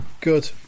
Good